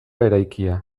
eraikia